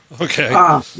okay